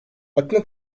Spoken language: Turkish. atina